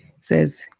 says